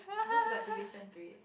it just got to listen to it